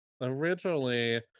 originally